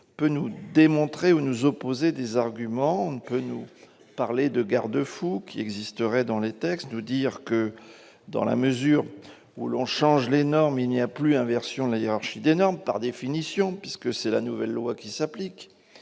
Bien sûr, on peut nous opposer des arguments, nous parler de garde-fous qui existeraient dans les textes, nous dire que, dans la mesure où l'on change les normes, il n'y a plus d'inversion de la hiérarchie des normes, par définition, puisque c'est la nouvelle loi qui s'applique.